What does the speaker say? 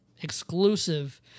exclusive